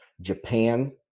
Japan